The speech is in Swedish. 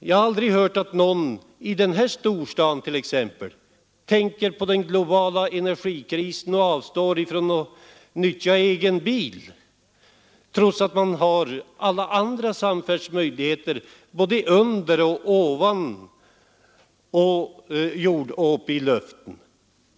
Jag har aldrig hört att någon exempelvis i den här storstaden tänker på den globala energikrisen och avstår från att nyttja egen bil — trots att här finns alla andra samfärdsmedel, både under och ovan jord och uppe i luften.